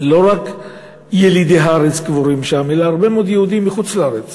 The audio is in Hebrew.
אז לא רק ילידי הארץ קבורים שם אלא הרבה מאוד יהודים מחוץ-לארץ